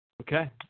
Okay